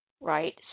Right